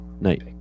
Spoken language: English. night